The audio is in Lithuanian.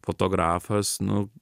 fotografas nu